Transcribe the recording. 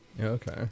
Okay